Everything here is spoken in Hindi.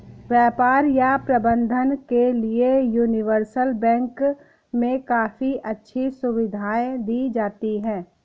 व्यापार या प्रबन्धन के लिये यूनिवर्सल बैंक मे काफी अच्छी सुविधायें दी जाती हैं